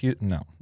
No